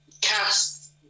cast